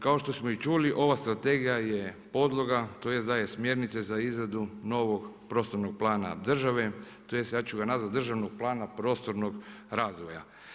Kao što i čuli ova strategija je podloga tj. daje smjernice za izradu novog prostornog plana države tj. ja ću ga nazvati državnog plana prostornog razvoja.